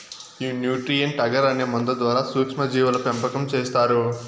ఈ nutrient agar అనే మందు ద్వారా సూక్ష్మ జీవుల పెంపకం చేస్తారు